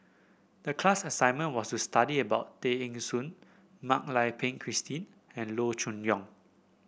the class assignment was to study about Tay Eng Soon Mak Lai Peng Christine and Loo Choon Yong